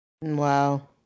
Wow